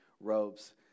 robes